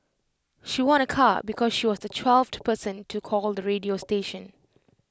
she won A car because she was the twelfth person to call the radio station